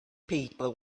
people